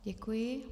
Děkuji.